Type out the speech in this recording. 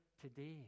today